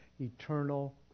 eternal